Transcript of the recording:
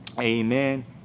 amen